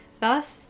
Thus